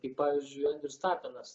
kaip pavyzdžiui andrius tapinas